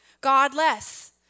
Godless